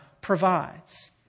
provides